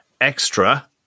extra